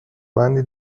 بندی